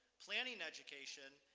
planning education,